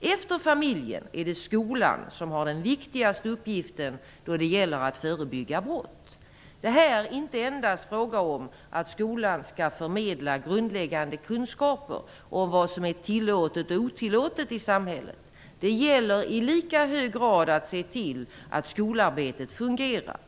Efter familjen är det skolan som har den viktigaste uppgiften då det gäller att förebygga brott. Det är här inte endast fråga om att skolan skall förmedla grundläggande kunskaper om vad som är tillåtet och otillåtet i samhället. Det gäller i lika hög grad att se till att skolarbetet fungerar.